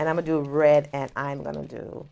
and i'm going to read and i'm going to do